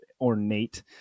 ornate